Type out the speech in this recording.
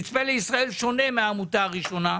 מצפה לישראל שונה מהעמותה הראשונה.